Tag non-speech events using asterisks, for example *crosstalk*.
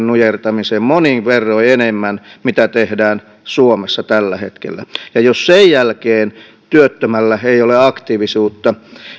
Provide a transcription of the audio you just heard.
*unintelligible* nujertamiseen monin verroin enemmän kuin tehdään suomessa tällä hetkellä ja jos sen jälkeen työttömällä ei ole aktiivisuutta